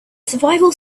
survival